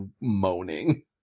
moaning